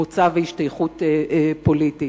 מוצא והשתייכות פוליטית.